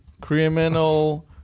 Criminal